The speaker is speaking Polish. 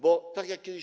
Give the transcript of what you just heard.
Bo tak jak kiedyś.